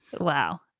wow